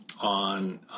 on